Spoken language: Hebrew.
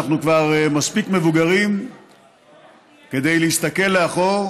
אנחנו כבר מספיק מבוגרים כדי להסתכל לאחור